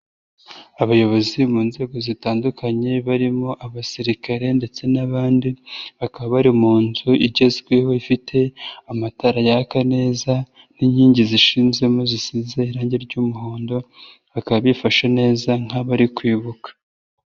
Abayobozi mu nzego zitandukanye barimo abasirikare ndetse n'abandi, bakaba bari mu nzu igezweho ifite amatara yaka neza n'inkingi zishinzemo zisize irangi ry'umuhondo, bakaba bifashe neza nk'abari kwibuka.